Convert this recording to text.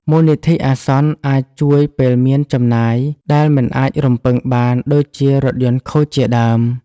មូលនិធិអាសន្នអាចជួយពេលមានចំណាយដែលមិនអាចរំពឹងបានដូចជារថយន្តខូចជាដើម។